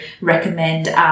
recommend –